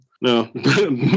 no